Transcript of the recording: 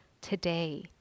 Today